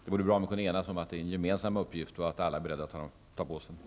Det vore bra om vi kunde enas om att det är en gemensam uppgift och att alla är beredda att ta på sig den.